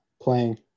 playing